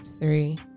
three